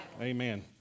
Amen